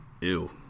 Ew